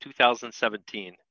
2017